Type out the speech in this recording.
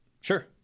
Sure